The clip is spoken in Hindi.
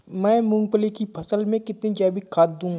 मैं मूंगफली की फसल में कितनी जैविक खाद दूं?